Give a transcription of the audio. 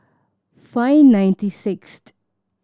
five ninety sixth